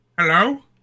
Hello